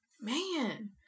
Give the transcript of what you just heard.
man